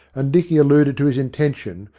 and dicky alluded to his intention,